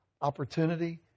opportunity